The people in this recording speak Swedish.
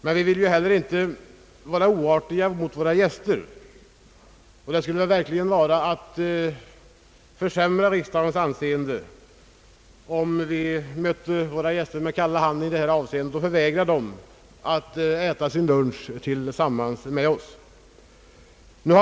Men vi vill inte heller vara oartiga mot våra gäster, och det skulle verkligen vara att försumma riksdagens anseende om vi mötte vår gäster med kalla handen i detta avseende och förvägrade dem att äta sin lunch tillsammans med OSS.